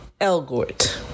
Elgort